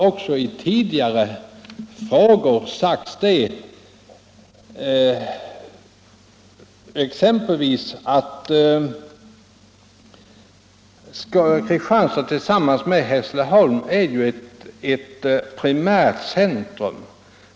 I tidigare frågor har också sagts att Kristianstad tillsammans med Häss Ileholm är ett primärt centrum.